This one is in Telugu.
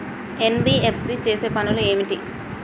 ఎన్.బి.ఎఫ్.సి చేసే పనులు ఏమిటి?